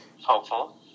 Hopeful